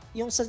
yung